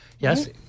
Yes